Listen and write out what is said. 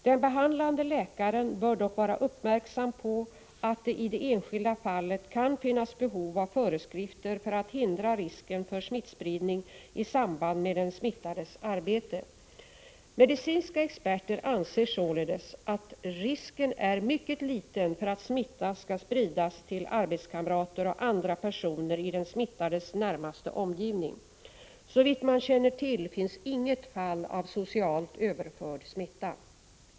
Den behandlande läkaren bör dock vara uppmärksam på att det i det enskilda fallet kan finnas behov av föreskrifter för att hindra risken för smittspridning i samband med den smittades arbete. Medicinska experter anser således att risken är mycket liten för att smitta skall spridas till arbetskamrater och andra personer i den smittades närmaste omgivning. Såvitt man känner till finns inget fall av socialt överförd smitta.